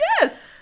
Yes